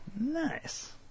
Nice